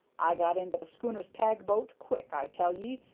i got into the schooner's tag-boat quick, i tell ye,